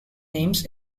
names